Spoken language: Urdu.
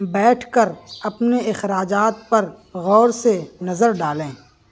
بیٹھ کر اپنے اخراجات پر غور سے نظر ڈالیں